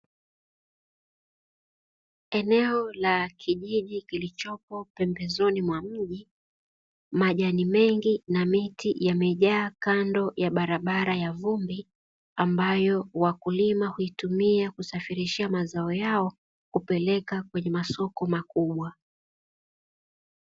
Eneo la kijiji kilichopo pembezoni mwa mji majani mengi na miti yamejaa kando ya barabara ya vumbi, ambayo wakulima huitumia kusafirishia mazao yao kupeleka kwenye masoko makubwa.